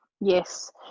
Yes